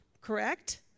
correct